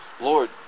Lord